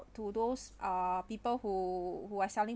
to those ah people who who are selling